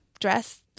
dress